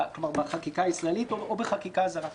בחקיקה הישראלית או בחקיקה זרה.